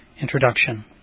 Introduction